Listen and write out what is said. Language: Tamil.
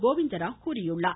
கோவிந்தராவ் தெரிவித்தார்